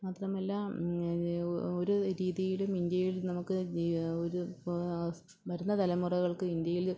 മാത്രമല്ല ഒരു രീതിയിലും ഇന്ത്യയിൽ നമുക്ക് ഒരു വരുന്ന തലമുറകൾക്ക് ഇന്ത്യയിൽ